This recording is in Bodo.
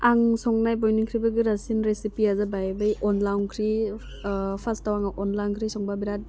आं संनाय बयनिख्रुइबो गोरासिन रिसिपिया जाबाय बै अनला अंख्रि फास्टाव आङो अनला ओंख्रि संबा बिरात